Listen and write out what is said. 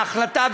ההחלטה,